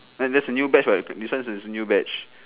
!huh! just a new batch [what] this one is a new batch